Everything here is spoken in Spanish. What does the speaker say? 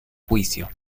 juicio